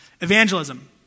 Evangelism